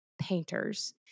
painters